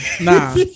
Nah